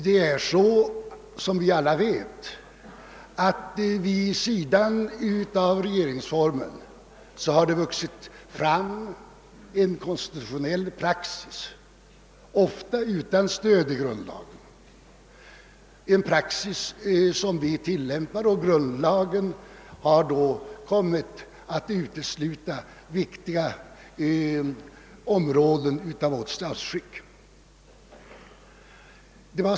Som vi alla vet har det vid sidan av regeringsformen vuxit fram en konstitutionell praxis, ofta utan stöd i grundlagen. Grundlagen omfattar inte vissa viktiga områden av vårt statsskick.